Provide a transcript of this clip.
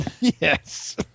Yes